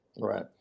Right